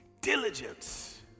Diligence